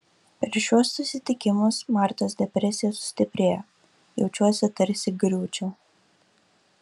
per šiuos susitikimus martos depresija sustiprėjo jaučiuosi tarsi griūčiau